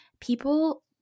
people